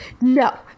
No